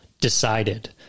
decided